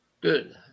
Good